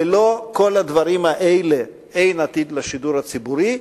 ללא כל הדברים האלה, אין עתיד לשידור הציבורי.